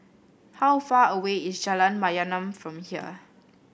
how far away is Jalan Mayaanam from here